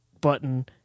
button